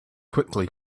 quickly